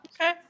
okay